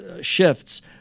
shifts